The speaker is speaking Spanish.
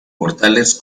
portales